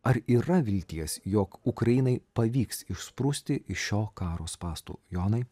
ar yra vilties jog ukrainai pavyks išsprūsti iš šio karo spąstų jonai